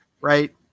right